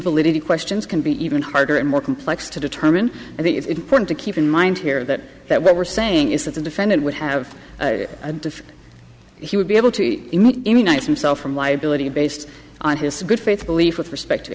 invalidity questions can be even harder and more complex to determine i think it's important to keep in mind here that that what we're saying is that the defendant would have to he would be able to immunize himself from liability based on his good faith belief with respect to